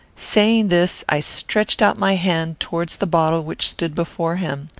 saying this, i stretched out my hand towards the bottle which stood before him.